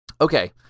okay